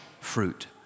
fruit